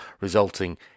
resulting